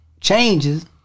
changes